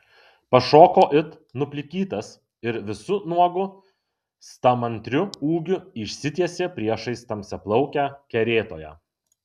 pašoko it nuplikytas ir visu nuogu stamantriu ūgiu išsitiesė priešais tamsiaplaukę kerėtoją